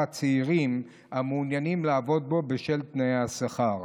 הצעירים המעוניינים לעבוד בו בשל תנאי השכר.